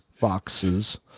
boxes